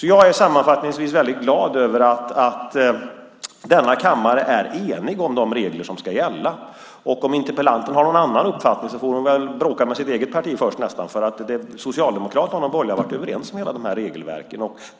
Jag är sammanfattningsvis väldigt glad över att denna kammare är enig om de regler som ska gälla. Om interpellanten har någon annan uppfattning får hon väl nästan bråka med sitt eget parti först, för Socialdemokraterna och de borgerliga har varit överens om dessa regelverk.